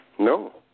No